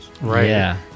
Right